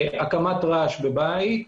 הקמת רעש בבית,